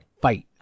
fight